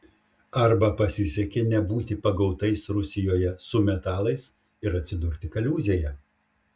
arba pasisekė nebūti pagautais rusijoje su metalais ir atsidurti kaliūzėje